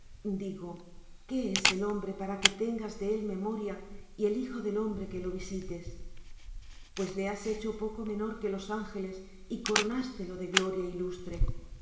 digo qué es el hombre para que tengas de él memoria y el hijo del hombre que lo visites pues le has hecho poco menor que los ángeles y coronástelo de gloria y de lustre